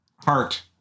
Heart